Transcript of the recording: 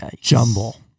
Jumble